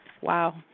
Wow